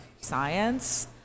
science